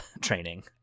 training